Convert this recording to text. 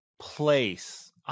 Place